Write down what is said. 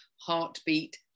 heartbeat